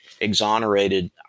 exonerated